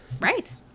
Right